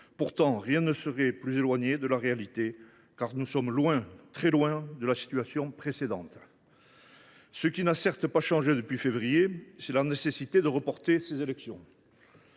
Pourtant, rien ne serait plus éloigné de la réalité, car nous sommes loin, très loin de la situation précédente. Ce qui n’a certes pas changé depuis février dernier, c’est la nécessité de reporter ces élections.